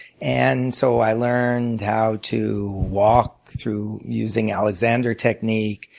and so i learned how to walk through using alexander technique,